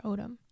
Odom